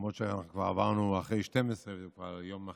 למרות שעברה השעה 24:00 וזה כבר יום אחר.